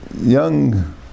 young